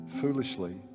foolishly